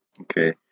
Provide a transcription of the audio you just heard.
Okay